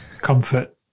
comfort